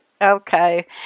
Okay